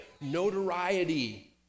Notoriety